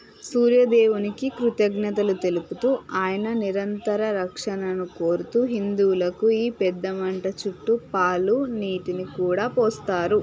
సూర్యు దేవునికి కృతజ్ఞతలు తెలుపుతూ ఆయన నిరంతర రక్షణను కోరుతూ హిందువులకు ఈ పెద్దమంట చుట్టూ పాలు నీటిని కూడా పోస్తారు